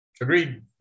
Agreed